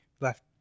Left